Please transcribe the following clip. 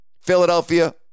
Philadelphia